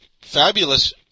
fabulous